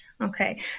Okay